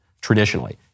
Traditionally